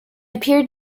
appeared